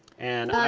and i